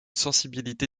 sensibilité